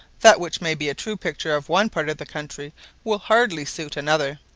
that which may be a true picture of one part of the country will hardly suit another.